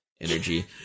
Energy